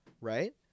right